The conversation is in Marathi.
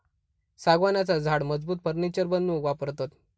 सागवानाचा झाड मजबूत फर्नीचर बनवूक वापरतत